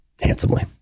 handsomely